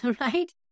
right